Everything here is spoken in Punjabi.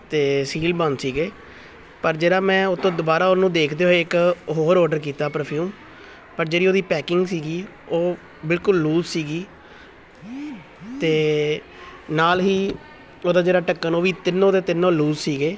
ਅਤੇ ਸੀਲ ਬੰਦ ਸੀਗੇ ਪਰ ਜਿਹੜਾ ਮੈਂ ਉਹ ਤੋਂ ਦੁਬਾਰਾ ਉਹਨੂੰ ਦੇਖਦੇ ਹੋਏ ਇੱਕ ਹੋਰ ਔਡਰ ਕੀਤਾ ਪਰਫਿਊਮ ਪਰ ਜਿਹੜੀ ਉਹਦੀ ਪੈਕਿੰਗ ਸੀਗੀ ਉਹ ਬਿਲਕੁਲ ਲੂਜ ਸੀਗੀ ਅਤੇ ਨਾਲ ਹੀ ਉਹਦਾ ਜਿਹੜਾ ਢੱਕਣ ਉਹ ਵੀ ਤਿੰਨੋਂ ਦੇ ਤਿੰਨੋਂ ਲੂਜ ਸੀਗੇ